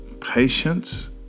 patience